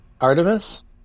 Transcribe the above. Artemis